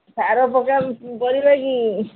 ସାରପକା ପାରିବା କି